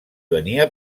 venia